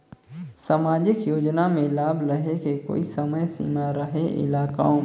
समाजिक योजना मे लाभ लहे के कोई समय सीमा रहे एला कौन?